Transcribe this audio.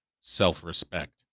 self-respect